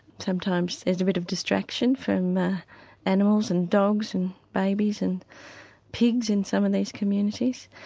sometimes there's a bit of distraction from animals and dogs and babies and pigs in some of these communities.